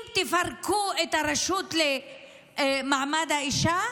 אם תפרקו את הרשות למעמד האישה,